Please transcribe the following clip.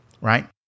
right